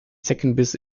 zeckenbiss